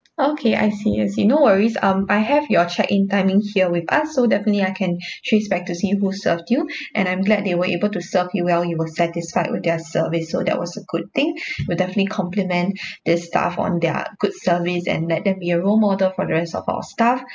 okay I see I see no worries um I have your check in timing here with us so definitely I can trace back to see who served you and I'm glad they were able to serve you well you were satisfied with their service so that was a good thing we'll definitely compliment this staff on their good service and let them be a role model for the rest of our staff